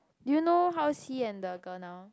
do you know how's he and the girl now